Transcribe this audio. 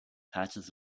patches